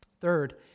Third